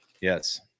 yes